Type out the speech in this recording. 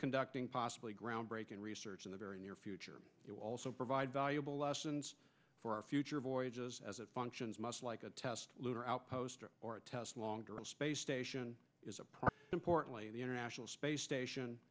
conducting possibly groundbreaking research in the very near future you also provide valuable lessons for our future voyages as it functions must like a test lunar outpost or a test longer a space station is a prop importantly the international space station